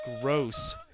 Gross